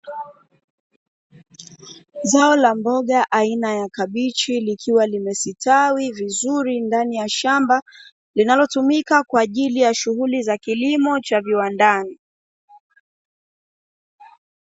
Zao la mboga aina ya kabichi, likiwa limestawi vizuri ndani ya shamba, linalotumika kwa ajili ya shughuli za kilimo cha viwandani.